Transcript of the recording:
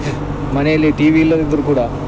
ಮನೇಲಿ ಟಿವಿ ಇಲ್ಲದಿದ್ದರೂ ಕೂಡ